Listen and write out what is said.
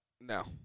No